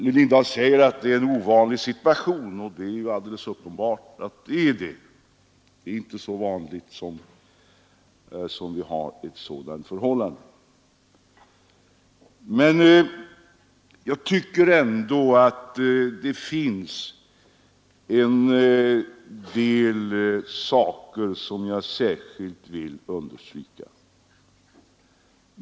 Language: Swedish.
Herr Lindahl säger att det är en ovanlig situation, och det är alldeles uppenbart — det är inte så ofta vi har ett sådant förhållande. Men det finns ändå en del saker som jag särskilt vill understryka.